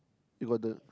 you got the